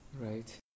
Right